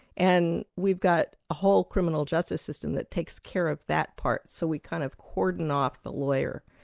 and we've got a whole criminal justice system that takes care of that part, so we kind of cordon off the lawyer,